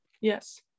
yes